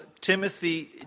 Timothy